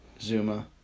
Zuma